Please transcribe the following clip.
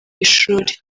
ishuri